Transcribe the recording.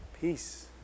peace